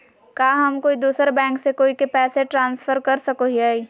का हम कोई दूसर बैंक से कोई के पैसे ट्रांसफर कर सको हियै?